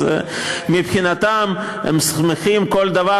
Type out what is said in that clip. אז מבחינתם הם שמחים לפרש כל דבר